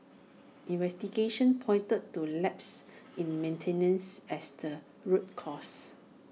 investigations pointed to lapses in maintenance as the root cause